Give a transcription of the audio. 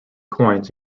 coins